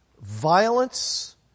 violence